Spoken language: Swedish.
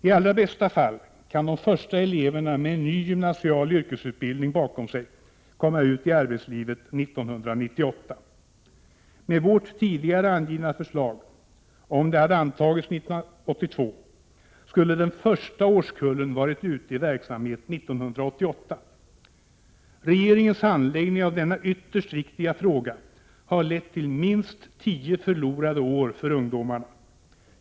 I allra bästa fall kan de första eleverna med ny gymnasial yrkesutbildning bakom sig komma ut i arbetslivet 1998. Med vårt tidigare nämnda förslag skulle — om det antagits 1982 — den första årskullen varit ute i verksamhet 1988. Regeringens handläggning av denna ytterst viktiga fråga har lett till minst tio förlorade år för ungdomarna.